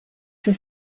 für